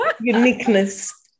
Uniqueness